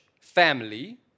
family